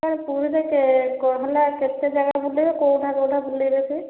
sir ପୁରୀରେ କେତେ ଜାଗା ବୁଲେଇବେ କେଉଁଟା କେଉଁଟା ବୁଲେଇବେ ସେ